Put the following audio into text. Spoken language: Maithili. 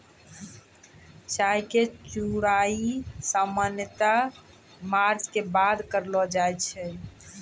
चाय के तुड़ाई सामान्यतया मार्च के बाद करलो जाय छै